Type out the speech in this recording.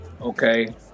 Okay